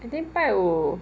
and then 拜五